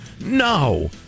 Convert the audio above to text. No